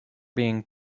being